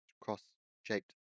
cross-shaped